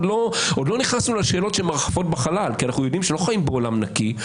עוד לא נכנסנו לשאלות שמרחפות בחלל כי אנחנו יודעים שלא חיים בעולם נקי.